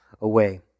Away